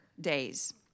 days